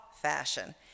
fashion